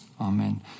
Amen